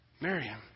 Miriam